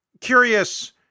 Curious